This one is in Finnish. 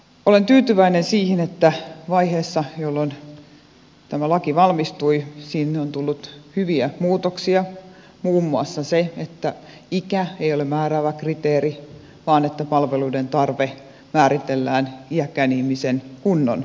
olen tyytyväinen siihen että vaiheessa jolloin tämä laki valmistui siihen on tullut hyviä muutoksia muun muassa se että ikä ei ole määräävä kriteeri vaan että palveluiden tarve määritellään iäkkään ihmisen kunnon mukaan